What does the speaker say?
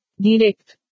Direct